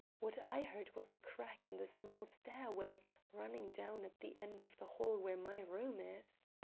what i heard was a creak in the small stairway running down at the end of the hall where my room is.